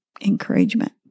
encouragement